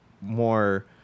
more